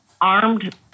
armed